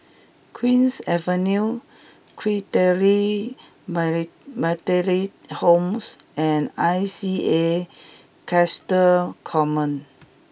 Queen's Avenue Christalite Methodist Home and I C A Coastal Command